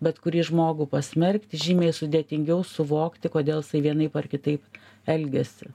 bet kurį žmogų pasmerkti žymiai sudėtingiau suvokti kodėl jisai vienaip ar kitaip elgiasi